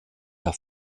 der